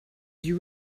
you